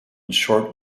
short